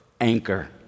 anchor